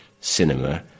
cinema